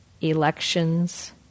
elections